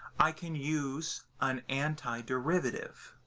i can use an antiderivative